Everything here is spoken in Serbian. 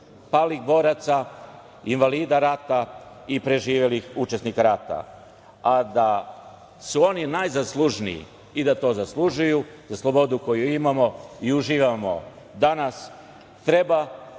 palih boraca, invalida rata i preživelih učesnika rata? A da su oni najzaslužniji i da to zaslužuju slobodu koju imamo i uživamo danas, treba